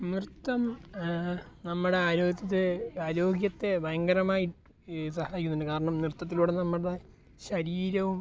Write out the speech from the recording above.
നൃത്തം നമ്മുടെ ആരോഗ്യത്തെ ആരോഗ്യത്തെ ഭയങ്കരമായിട്ട് സഹായിക്കുന്നുണ്ട് കാരണം നൃത്തത്തിലൂടെ നമ്മുടെ ശരീരവും